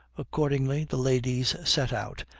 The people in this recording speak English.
accordingly the ladies set out,